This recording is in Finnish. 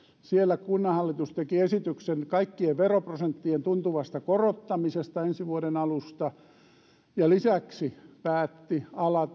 siellä kunnanhallitus teki esityksen kaikkien veroprosenttien tuntuvasta korottamisesta ensi vuoden alusta ja lisäksi päätti